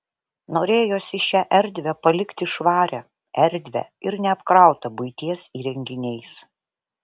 norėjosi šią erdvę palikti švarią erdvią ir neapkrautą buities įrenginiais